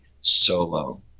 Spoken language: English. solo